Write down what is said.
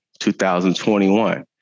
2021